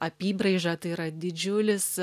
apybraiža tai yra didžiulis